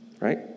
right